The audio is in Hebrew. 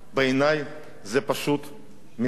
בעיני זה פשוט מגוחך.